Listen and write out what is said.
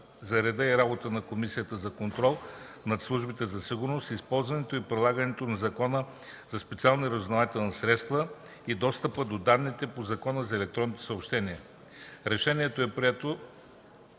за реда и работата на Комисията за контрол над службите за сигурност, използването и прилагането на специалните разузнавателни средства и достъпа до данните по Закона за електронните съобщения.” Решението е прието